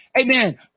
Amen